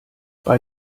bei